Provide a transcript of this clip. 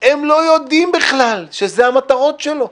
הם לא יודעים בכלל שאלה המטרות שלו.